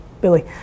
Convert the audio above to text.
Billy